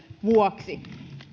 vuoksi